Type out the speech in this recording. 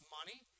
money